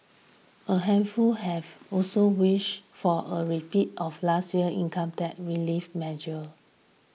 a handful have also wished for a repeat of last year's income tax relief measure